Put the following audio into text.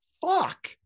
fuck